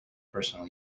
personal